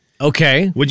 Okay